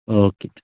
okay